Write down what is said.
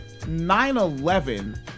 9-11